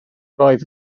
oedd